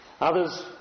Others